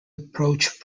approach